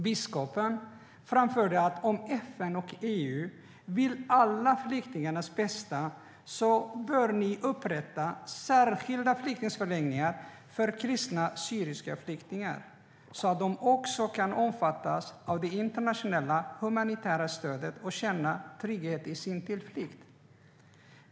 Biskopen framförde att om FN och EU vill alla flyktingars bästa bör särskilda flyktingförläggningar för kristna syriska flyktingar upprättas så att även de kan omfattas av det internationella humanitära stödet och känna trygghet på sin tillflyktsort.